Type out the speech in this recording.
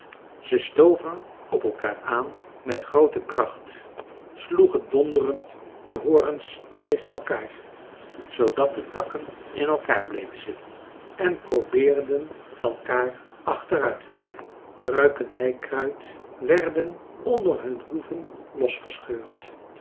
ze stoven op elkaar aan met groote kracht sloegen donderend de horens tegen elkaar zoodat de takken in elkaar bleven zitten en probeerden elkaar achteruit te dringen pruiken heikruid werden onder hun hoeven losgescheurd